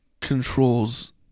controls